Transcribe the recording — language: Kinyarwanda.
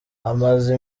amaze